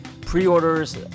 pre-orders